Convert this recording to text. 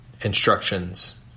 instructions